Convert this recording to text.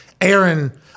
Aaron